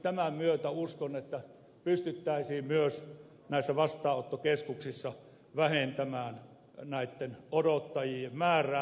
tämän myötä uskon että pystyttäisiin myös näissä vastaanottokeskuksissa vähentämään näitten odottajien määrää